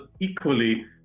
equally